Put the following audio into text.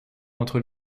entre